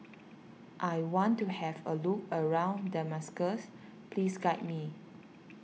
I want to have a look around Damascus please guide me